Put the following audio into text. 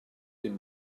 dim